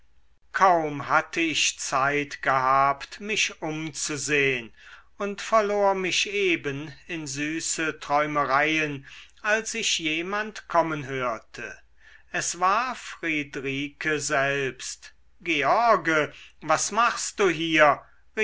kaum hatte ich zeit gehabt mich umzusehn und verlor mich eben in süße träumereien als ich jemand kommen hörte es war friedrike selbst george was machst du hier